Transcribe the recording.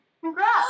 Congrats